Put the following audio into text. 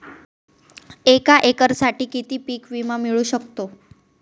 एका एकरसाठी किती पीक विमा मिळू शकतो?